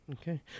Okay